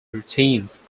routines